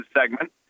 segment